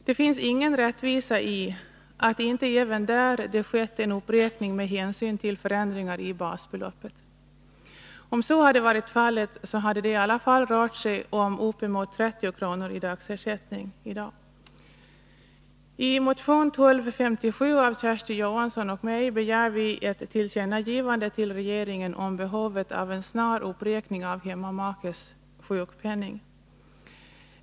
Det finns ingen rättvisa i att det inte även där skett en uppräkning med hänsyn till förändringar i basbeloppet. Om så hade varit fallet hade det i alla fall rört sig om uppemot 30 kr. i dagsersättning. I motion 1257 av Kersti Johansson och mig begär vi ett tillkännagivande till regeringen om behovet av en snar uppräkning av hemmamakes sjukpenning.